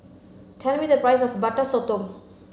tell me the price of butter Sotong